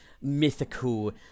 mythical